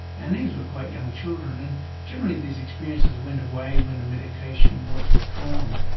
and these were quite young children. and generally these experiences went away when medication was withdrawn.